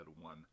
one